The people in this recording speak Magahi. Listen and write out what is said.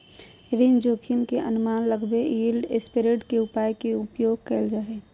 ऋण जोखिम के अनुमान लगबेले यिलड स्प्रेड के उपाय के उपयोग कइल जा हइ